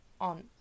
on